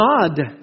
God